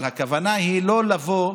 נא להצביע.